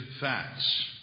facts